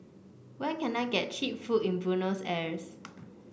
where can I get cheap food in Buenos Aires